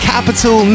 Capital